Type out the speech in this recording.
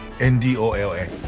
N-D-O-L-A